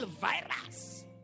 virus